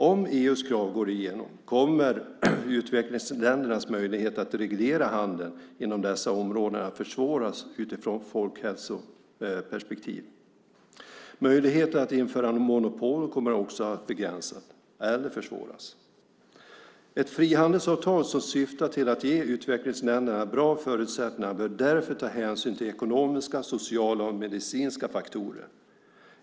Om EU:s krav går igenom kommer utvecklingsländernas möjlighet att reglera handeln inom dessa områden att försvåras utifrån folkhälsoperspektiv. Möjligheten att införa monopol kommer också att begränsas eller försvåras. Ett frihandelsavtal som syftar till att ge utvecklingsländerna bra förutsättningar bör därför ta hänsyn till ekonomiska, sociala och medicinska faktorer.